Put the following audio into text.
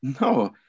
No